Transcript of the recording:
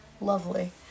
lovely